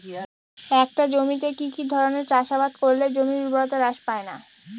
একটা জমিতে কি কি ধরনের চাষাবাদ করলে জমির উর্বরতা হ্রাস পায়না?